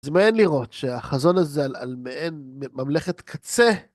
זה מעניין לראות שהחזון הזה על על מעין ממלכת קצה.